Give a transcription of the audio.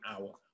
hour